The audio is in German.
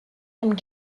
dem